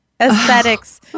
aesthetics